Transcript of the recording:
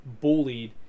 bullied